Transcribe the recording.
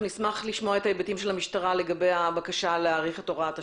אנחנו נשמח לשמוע את היבטי המשטרה לגבי הבקשה להאריך את הוראת השעה.